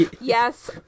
Yes